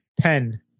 pen